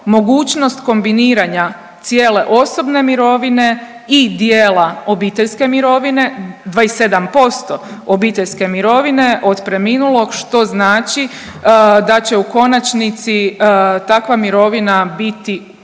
mogućnost kombiniranja cijele osobne mirovine i dijela obiteljske mirovine 27% obiteljske mirovine od preminulog, što znači da će u konačnici takva mirovina biti